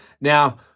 Now